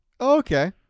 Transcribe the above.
Okay